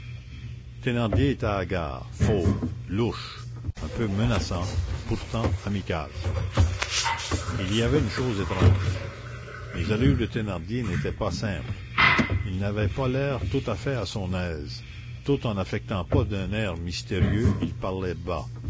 hagard fauve louche un peu menaçant pourtant amical il y avait une chose étrange les allures de thénardier n'étaient pas simples il n'avait pas l'air tout à fait à son aise tout en n'affectant pas d'air mystérieux il parlait bas